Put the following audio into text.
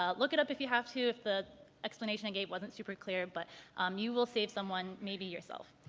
ah look it up if you have to if the explanation i gave wasn't super clear. but um you will save someone, maybe yourself.